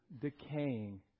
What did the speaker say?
decaying